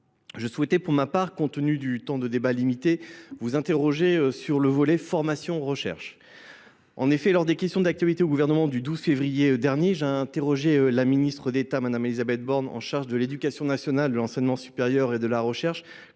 Je souhaitais pour ma part, compte tenu du temps de débat limité, vous interroger sur le volet formation-recherche. En effet, lors des questions d'actualité au gouvernement du 12 février dernier, j'ai interrogé la ministre d'État, Mme Elisabeth Borne, en charge de l'Education nationale, de l'Enseignement supérieur et de la Recherche,